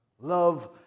love